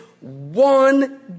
one